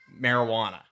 marijuana